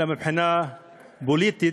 אלא מבחינה פוליטית,